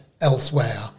elsewhere